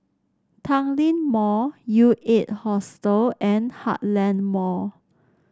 Tanglin Mall U Eight Hostel and Heartland Mall